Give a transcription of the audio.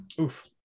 Oof